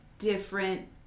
different